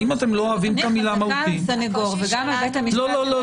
גם הסנגור- -- לא,